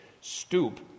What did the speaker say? stoop